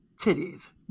Titties